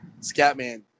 Scatman